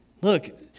Look